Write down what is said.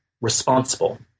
responsible